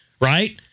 Right